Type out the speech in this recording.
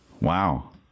Wow